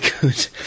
good